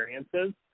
experiences